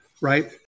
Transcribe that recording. right